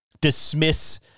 dismiss